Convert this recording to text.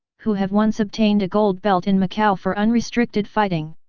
who have once obtained a gold belt in macao for unrestricted fighting.